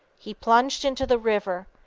he plunged into the river,